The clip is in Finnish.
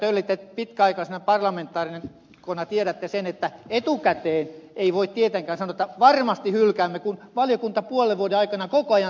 tölli te pitkäaikaisena parlamentaarikkona tiedätte sen että etukäteen ei voi tietenkään sanoa että varmasti hylkäämme kun valiokunta puolen vuoden aikana koko ajan tekee loivennuksia